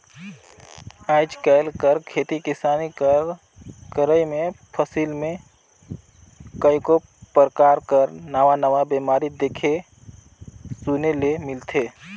आएज काएल कर खेती किसानी कर करई में फसिल में कइयो परकार कर नावा नावा बेमारी देखे सुने ले मिलथे